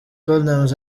platnumz